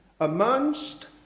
Amongst